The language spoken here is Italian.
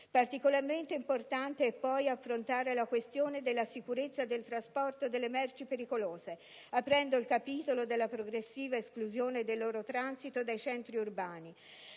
Particolarmente importante, poi, è affrontare la questione della sicurezza del trasporto delle merci pericolose, aprendo il capitolo della progressiva esclusione del loro transito dai centri urbani.